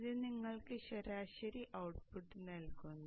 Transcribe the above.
ഇത് നിങ്ങൾക്ക് ശരാശരി ഔട്ട്പുട്ട് നൽകുന്നു